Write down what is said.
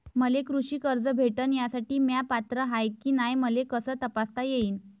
मले कृषी कर्ज भेटन यासाठी म्या पात्र हाय की नाय मले कस तपासता येईन?